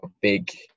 big